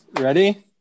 Ready